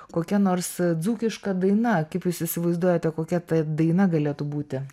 kokia nors dzūkiška daina kaip jūs įsivaizduojate kokia ta daina galėtų būti